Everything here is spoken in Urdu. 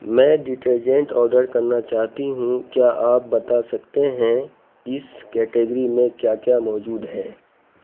میں ڈٹرجنٹ آرڈر کرنا چاہتی ہوں کیا آپ بتا سکتے ہیں اس کیٹیگری میں کیا کیا موجود ہے